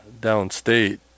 downstate